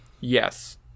Yes